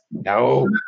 No